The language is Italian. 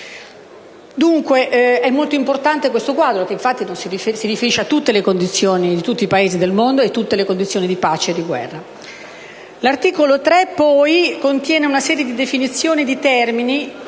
Dunque, è molto importante questo quadro, che infatti si riferisce a tutti i Paesi del mondo e a tutte le condizioni di pace e di guerra. L'articolo 3 contiene una serie di definizioni e di termini,